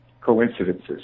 coincidences